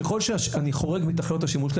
ככל שאני חורג מתכליות השימוש,